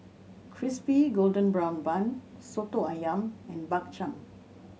Crispy Golden Brown Bun Soto Ayam and Bak Chang